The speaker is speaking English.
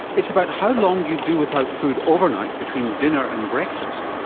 it's about how long you do without food overnight between dinner and breakfast,